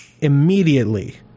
immediately –